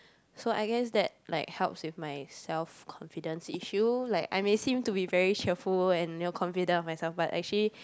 so I guess that like helps with my self confidence if you like I may seem to be very cheerful and your confident of myself but actually